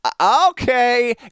Okay